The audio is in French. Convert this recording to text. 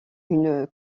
une